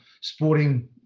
sporting